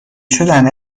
شدن